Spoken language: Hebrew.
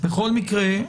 בכל מקרה,